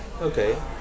okay